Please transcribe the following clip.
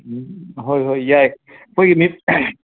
ꯍꯣꯏ ꯍꯣꯏ ꯌꯥꯏ